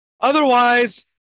otherwise